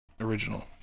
original